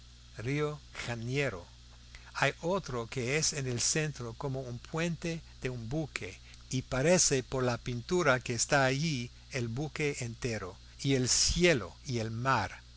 río janeiro hay otro que es en el centro como un puente de un buque y parece por la pintura que está allí el buque entero y el cielo y el mar